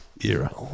era